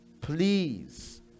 Please